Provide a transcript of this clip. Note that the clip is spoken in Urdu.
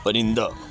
پرندہ